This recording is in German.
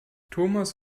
thomas